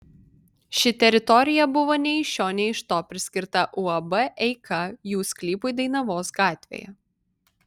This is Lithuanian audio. ši teritorija buvo nei iš šio nei iš to priskirta uab eika jų sklypui dainavos gatvėje